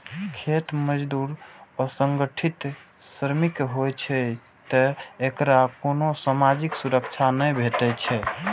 खेत मजदूर असंगठित श्रमिक होइ छै, तें एकरा कोनो सामाजिक सुरक्षा नै भेटै छै